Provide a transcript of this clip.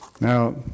Now